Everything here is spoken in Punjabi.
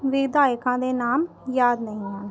ਵਿਧਾਇਕਾਂ ਦੇ ਨਾਮ ਯਾਦ ਨਹੀਂ ਹਨ